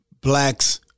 blacks